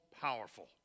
powerful